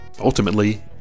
ultimately